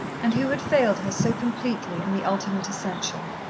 and who had failed her so completely in the ultimate essential.